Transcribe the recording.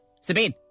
Sabine